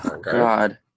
god